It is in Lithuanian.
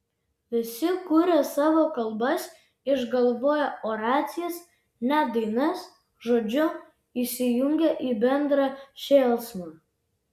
visi kuria savo kalbas išgalvoję oracijas net dainas žodžiu įsijungia į bendrą šėlsmą